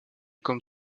comme